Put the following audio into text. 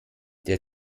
der